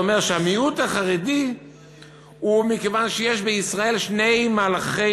הוא אומר שהמיעוט החרדי הוא מכיוון שיש בישראל שני מהלכי